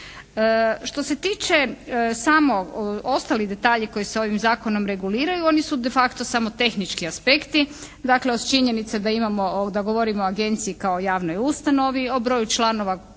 Što se tiče samo ostali detalji koji se ovim zakonom reguliraju oni su de facto samo tehnički aspekti. Dakle od činjenice da imamo, da govorimo o agenciji kao o javnoj ustanovi, o broju članova